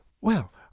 Well